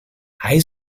high